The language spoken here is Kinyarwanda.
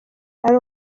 ari